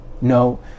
No